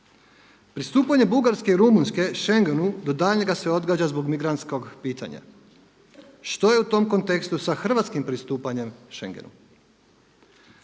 Pristupanje Bugarske i Rumunjske Schengenu do daljnjega se odgađa zbog migrantskog pitanja. Što je u tom kontekstu sa hrvatskim pristupanjem Schengenu?